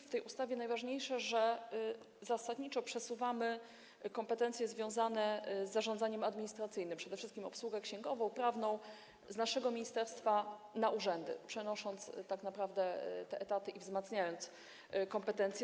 W tej ustawie najważniejsze jest to, że zasadniczo przesuwamy kompetencje związane z zarządzaniem administracyjnym, przede wszystkim obsługę księgową, prawną, z naszego ministerstwa na urzędy, przenosząc tak naprawdę etaty i wzmacniając kompetencje.